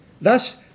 Thus